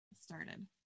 started